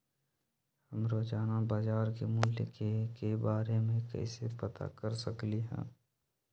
हम रोजाना बाजार के मूल्य के के बारे में कैसे पता कर सकली ह?